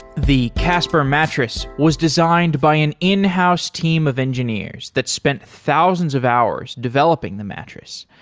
the casper mattress was designed by an in-house team of engineers that spent thousands of hours developing the mattress.